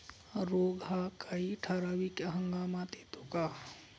रोग हा काही ठराविक हंगामात येतो का?